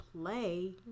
play